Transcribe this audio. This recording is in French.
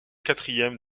quatrième